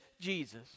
Jesus